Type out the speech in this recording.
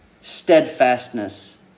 steadfastness